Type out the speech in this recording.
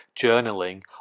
journaling